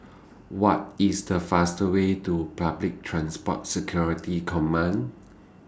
What IS The faster Way to Public Transport Security Command